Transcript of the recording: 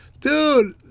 dude